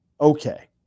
Okay